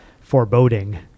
foreboding